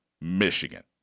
Michigan